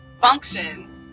function